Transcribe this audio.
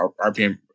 RPM